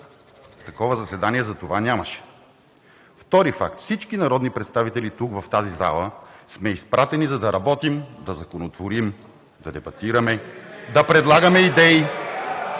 и заседание затова нямаше. Втори факт – всички народни представители в тази зала сме изпратени, за да работим, да законотворим, да репатрираме, да предлагаме идеи